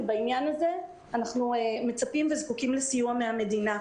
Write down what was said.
בעניין הזה אנחנו מצפים וזקוקים לסיוע מהמדינה.